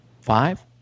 Five